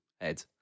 head